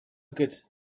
good